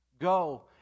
Go